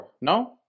no